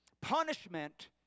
punishment